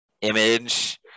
image